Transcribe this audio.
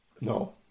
No